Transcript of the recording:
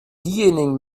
diejenigen